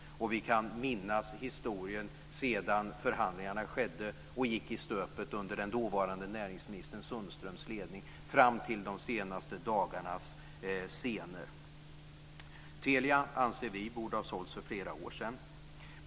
Vi kan minnas historien sedan förhandlingarna skedde och gick i stöpet under den dåvarande näringsministern Sundströms ledning fram till de senaste dagarnas scener. Vi anser att Telia borde ha sålts för flera år sedan.